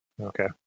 Okay